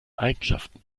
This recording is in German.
eigenschaften